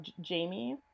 Jamie